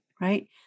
Right